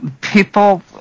people